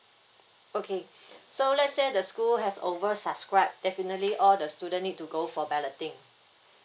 okay so let's say the school has over subscribe definitely all the student need to go for balloting